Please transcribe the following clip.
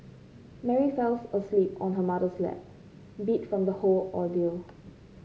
Mary fell asleep on her mother's lap beat from the whole ordeal